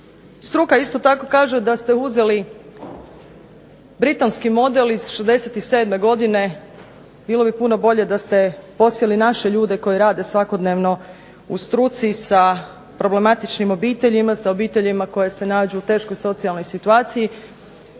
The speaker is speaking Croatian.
struka isto tako kaže da ste uzeli britanski model iz '67. godine, bilo bi puno bolje da ste posjeli naše ljude koji rade svakodnevno u struci sa problematičnim obiteljima, sa obiteljima koje se nađu u teškoj socijalnoj situaciji,